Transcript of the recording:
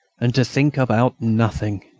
and to think about nothing.